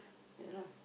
ya lah